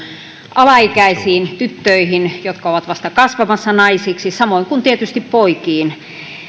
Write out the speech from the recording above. alaikäisiin tyttöihin jotka ovat vasta kasvamassa naisiksi samoin kuin tietysti poikiin